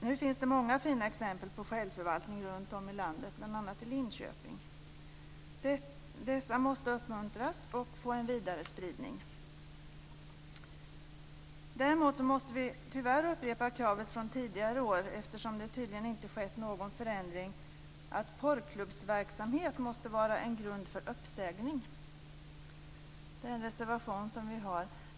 Nu finns det många fina exempel på självförvaltning runtom i landet, bl.a. i Linköping. Dessa måste uppmuntras och få en vidare spridning. Däremot måste vi tyvärr upprepa kravet från tidigare år, eftersom det tydligen inte skett någon förändring, att porrklubbsverksamhet måste vara en grund för uppsägning. Vi har en reservation om detta.